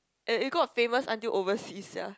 and it got famous until overseas sia